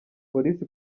police